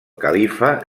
califa